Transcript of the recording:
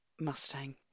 Mustang